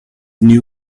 new